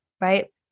right